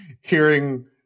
hearing